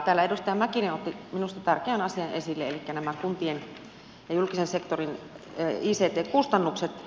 täällä edustaja mäkinen otti minusta tärkeän asian esille elikkä nämä kuntien ja julkisen sektorin ict kustannukset